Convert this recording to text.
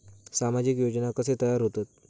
सामाजिक योजना कसे तयार होतत?